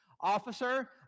Officer